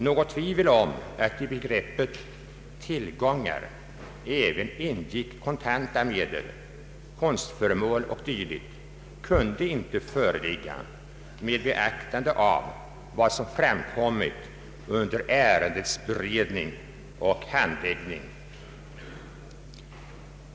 Något tvivel om att i begreppet ”tillgångar” även ingick kontanta medel, konstföremål och dylikt kunde inte föreligga med beaktande av vad som hade framkommit under ärendets beredning och handläggning.